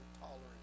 tolerance